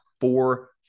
four